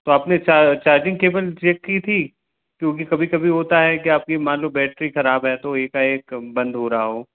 तो आप ने चार्जिंग केबल चेक की थी क्योंकि कभी कभी होता है कि आपकी मान लो बैट्री ख़राब है तो एकाएक बंद हो रहा हो